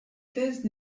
thèse